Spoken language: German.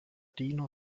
diener